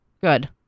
Good